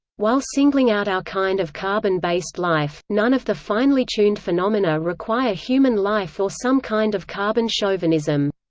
while singling out our kind of carbon-based life, none of the finely tuned phenomena require human life or some kind of carbon chauvinism.